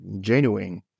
genuine